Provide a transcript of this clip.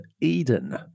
Eden